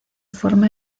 forma